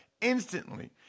instantly